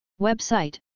Website